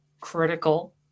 critical